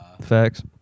facts